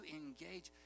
engage